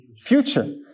future